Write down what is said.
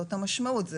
זו המשמעות.